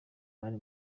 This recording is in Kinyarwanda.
bari